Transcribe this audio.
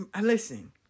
listen